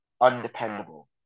undependable